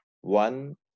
One